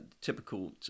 typical